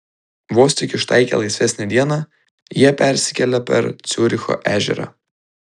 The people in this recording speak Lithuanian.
vos tik ištaikę laisvesnę dieną jie persikelia per ciuricho ežerą